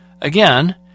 again